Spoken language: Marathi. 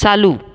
चालू